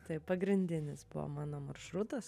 taip pagrindinis po mano maršrutas